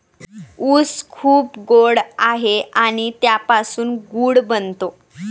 ऊस खूप गोड आहे आणि त्यापासून गूळ बनतो